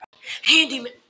Handyman